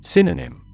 Synonym